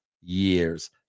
years